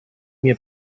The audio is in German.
mir